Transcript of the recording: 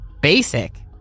basic